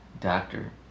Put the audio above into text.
Doctor